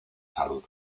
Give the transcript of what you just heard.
salud